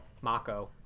Mako